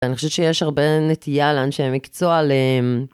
אני חושבת שיש הרבה נטייה לאנשי מקצוע ל.. אמ..